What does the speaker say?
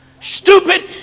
stupid